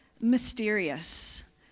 mysterious